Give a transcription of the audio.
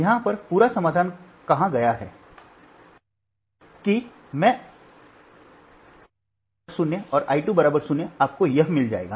यहां पर पूरा समाधान कहा गया है कि मैं 1 0 और मैं 2 0 आपको यह मिल जाएगा